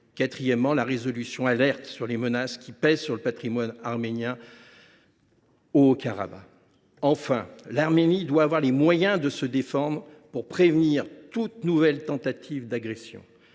Quatrièmement, la résolution vise à alerter sur les menaces qui pèsent sur le patrimoine arménien du Haut Karabagh. Cinquièmement, et enfin, l’Arménie doit avoir les moyens de se défendre pour prévenir toute nouvelle tentative d’agression